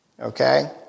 Okay